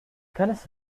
kenneth